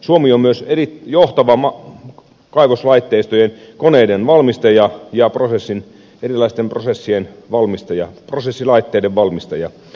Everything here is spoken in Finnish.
suomi on myös johtava kaivoslaitteistojen ja koneiden valmistaja ja erilaisten prosessilaitteiden valmistaja